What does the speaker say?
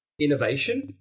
innovation